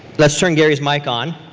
let's turn gary's mic on.